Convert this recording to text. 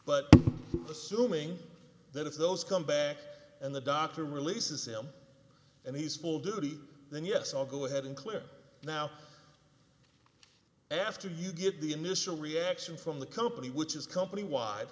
if those come back and the doctor releases him and he's full duty then yes i'll go ahead and clear now after you get the initial reaction from the company which is company wide